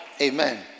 Amen